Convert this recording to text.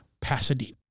Pasadena